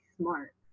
smart